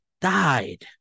died